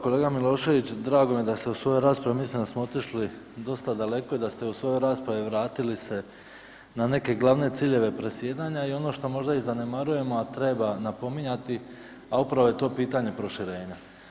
Kolega Milošević, drago mi je da ste u svojoj raspravi, mislim da smo otišli dosta daleko i da ste u svojoj raspravi vratili se na neke glavne ciljeve predsjedanja i ono što možda i zanemarujemo, a treba napominjati, a upravo je to pitanje proširenja.